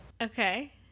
Okay